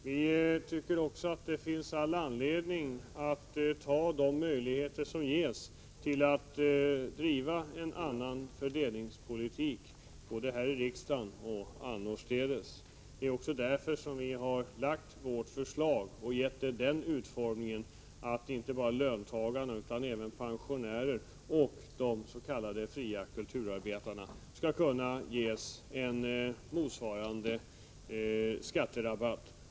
Vi tycker också att det finns all anledning att ta de möjligheter som ges till att driva en annan fördelningspolitik, både här i riksdagen och annorstädes. Det är också därför som vi har lagt fram vårt förslag och gett det den utformningen att inte bara löntagare utan även pensionärer och s.k. fria kulturarbetare skall kunna få en motsvarande skatterabatt.